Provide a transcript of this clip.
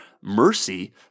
mercy